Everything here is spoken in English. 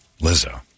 Lizzo